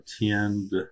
attend